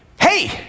Hey